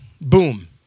boom